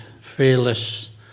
fearless